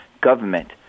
government